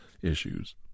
issues